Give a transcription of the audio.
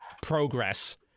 progress